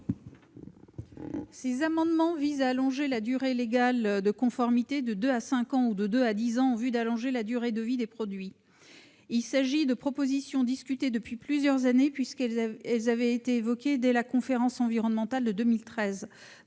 Ces amendements visent à porter la durée de la garantie légale de conformité de deux à cinq ans ou de deux à dix ans en vue de l'allongement de vie des produits. Il s'agit de propositions discutées depuis plusieurs années, puisqu'elles avaient été évoquées dès la conférence environnementale de 2013.